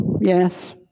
Yes